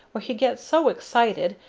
where he gets so excited,